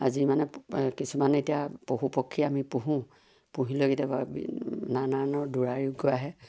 যিমানে কিছুমান এতিয়া পশু পক্ষী আমি পোহোঁ পুহিলেও কেতিয়াবা নানা ধৰণৰ দূৰাৰোগ্য আহে